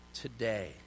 today